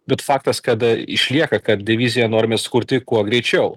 bet faktas kada išlieka kad diviziją norime sukurti kuo greičiau